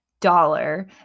dollar